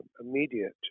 immediate